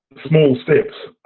small steps.